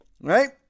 right